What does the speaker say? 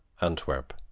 Antwerp